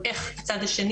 איך הצד השני,